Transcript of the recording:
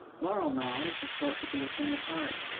moral knowledge is thought to be a thing apart,